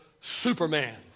Superman